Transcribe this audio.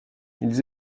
ils